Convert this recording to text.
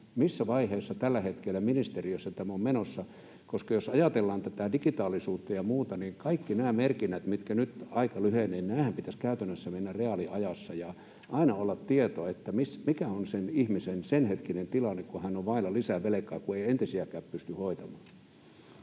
missä vaiheessa tämä on tällä hetkellä ministeriössä menossa? Jos ajatellaan tätä digitaalisuutta ja muuta, niin kaikkien näiden merkintöjen, joiden aika nyt lyhenee, pitäisi käytännössä mennä reaaliajassa, ja aina pitäisi olla tieto, mikä on sen ihmisen senhetkinen tilanne, kun hän on vailla lisävelkaa, jos ei entisiäkään pysty hoitamaan.